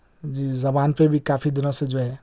جی زبان پہ بھی کافی دنوں سے جو ہے